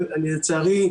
לצערי,